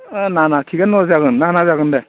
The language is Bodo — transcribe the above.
ना ना थिखआनो जागोन ना ना जागोन दे